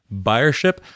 buyership